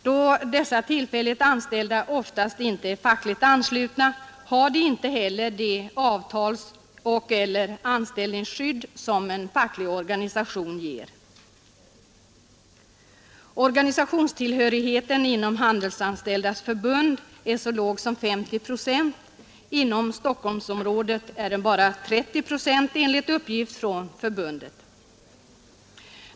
Då dessa tillfälligt anställda oftast inte är fackligt anslutna har de inte heller det avtalsoch/eller anställningsskydd som en facklig organisation ger. Organisationstillhörigheten inom Handelsanställdas förbund är så låg som 50 procent. Inom Stockholmsområdet är den bara 30 procent enligt uppgift från förbundet.